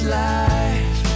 life